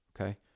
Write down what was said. okay